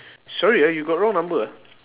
sorry ah you got wrong number ah